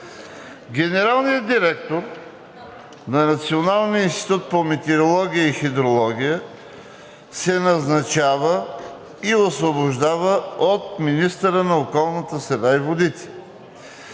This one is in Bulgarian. Генералният директор на Националния институт по метеорология и хидрология се назначава и освобождава от министъра на околната среда и водите.